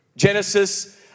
Genesis